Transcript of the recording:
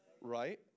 Right